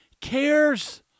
cares